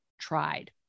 tried